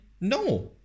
no